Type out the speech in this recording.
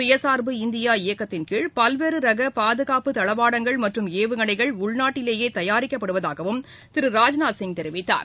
சுயசார்பு இந்தியா இயக்கத்தின்கீழ் பல்வேறு ரக பாதுகாப்பு தளவாடங்கள் மற்றும் ஏவுகணைகள் உள்நாட்டிலேயே தயாரிக்கப்படுவதாகவும் திரு ராஜ்நாத்சிப் தெரிவித்தார்